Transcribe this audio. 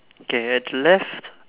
k at left